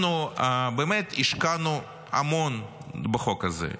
השקענו המון בחוק הזה.